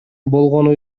болгону